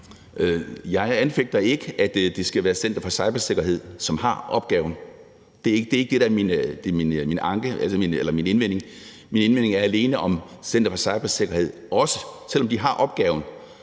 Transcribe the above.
Jeg anfægter ikke, at det skal være Center for Cybersikkerhed, som har opgaven. Det er ikke det, der er min indvending. Min indvending er alene, om Center for Cybersikkerhed, selv om de har opgaven